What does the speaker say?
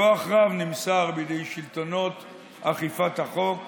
כוח רב נמסר בידי שלטונות אכיפת החוק.